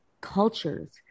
cultures